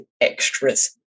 extras